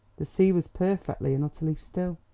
the sea was perfectly and utterly still.